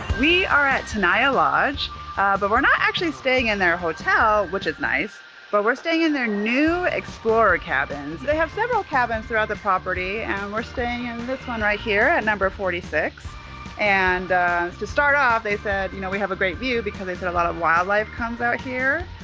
we are at tenaya lodge but we're not actually staying in their hotel, which is nice but we're staying in their new explorer cabins. they have several cabins throughout the property and and we're staying in this one right here at number forty six and to start off, they said you know we have a great view because they said a lot of wildlife comes out here.